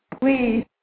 please